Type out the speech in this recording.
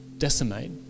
decimate